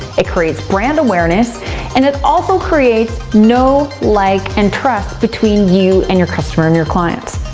it creates brand awareness and it also creates no like and trust between you and your customer, and your clients.